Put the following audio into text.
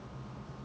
ya